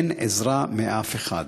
אין עזרה מאף אחד.